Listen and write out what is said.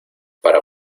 para